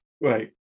right